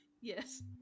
Yes